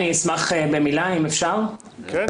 אני ממשרד